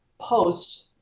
post